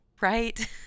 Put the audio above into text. right